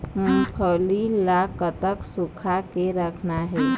मूंगफली ला कतक सूखा के रखना हे?